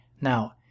Now